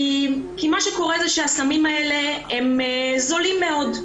כי מה שקורה זה שהסמים האלה הם זולים מאוד.